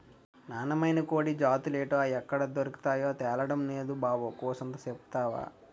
నాన్నమైన కోడి జాతులేటో, అయ్యెక్కడ దొర్కతాయో తెల్డం నేదు బాబు కూసంత సెప్తవా